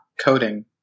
coding